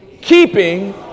Keeping